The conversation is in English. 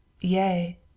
yea